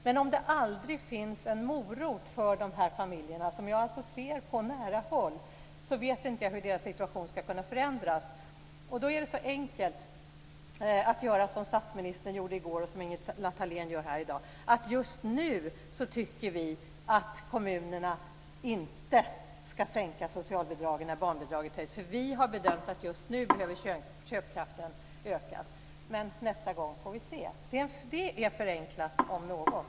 Men om det aldrig finns en morot för de här familjerna, som jag alltså ser på nära håll, vet jag inte hur deras situation ska kunna förändras. Då är det så enkelt att säga som statsministern gjorde i går och som Ingela Thalén gör här i dag: Just nu tycker vi inte att kommunerna ska sänka socialbidraget när barnbidraget höjs, för vi har bedömt att just nu behöver köpkraften ökas. Men nästa gång får vi se. Det är förenklat om något.